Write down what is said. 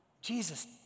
Jesus